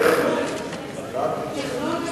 תכנון ותקצוב.